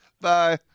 Bye